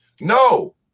no